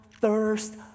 thirst